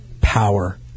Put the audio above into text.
power